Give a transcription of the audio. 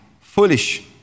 foolish